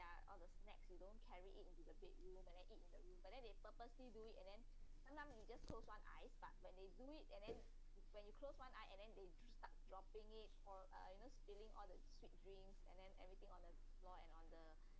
there are all the snacks you don't carry it into the bed you move and then eats the but then they purposely do it and then sometime you just close one eyes but when they do it and then when you close one eye and then they start dropping it or or you know spilling all the sweet drinks and then everything on the floor and on the